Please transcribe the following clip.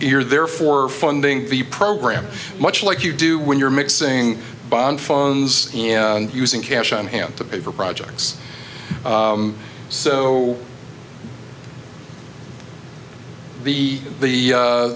you're there for funding the program much like you do when you're mixing bond funds and using cash on hand to pay for projects so the the